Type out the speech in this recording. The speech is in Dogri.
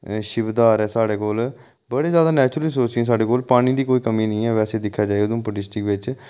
शिवधार ऐ साढ़े कोल बड़े जैदा नैचुरल सोर्स ऐ साढ़े कोल पानी दी कोई कमी निं ऐ वैसे दिक्खेआ जाए उधमपुर डिस्ट्रिक बिच